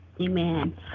Amen